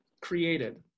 created